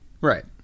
Right